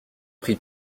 prit